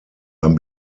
ein